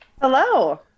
Hello